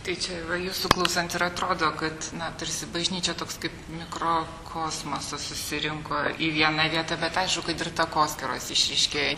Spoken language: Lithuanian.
tai čia va jūsų klausant ir atrodo kad na tarsi bažnyčia toks kaip mikrokosmosas susirinko į vieną vietą bet aišku kad ir takoskyros išryškėjo